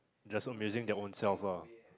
just amusing their ownself ah